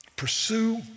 Pursue